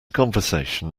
conversation